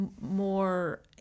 more